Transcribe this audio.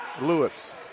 Lewis